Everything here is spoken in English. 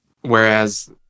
Whereas